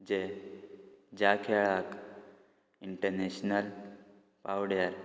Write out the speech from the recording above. जे ज्या खेळाक इंटरनॅशनल पांवड्यार